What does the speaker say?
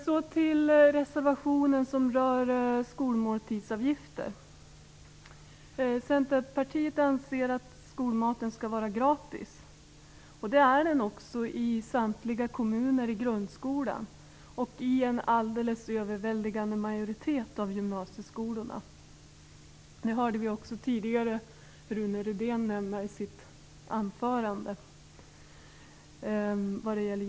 Så till reservationen som rör skolmåltidsavgifter. Vi i Centerpartiet anser att skolmaten skall vara gratis. Och det är den också i samtliga kommuner i grundskolan och i en överväldigande majoritet av gymnasieskolorna. Det hörde vi tidigare också Rune Rydén nämna i sitt anförande.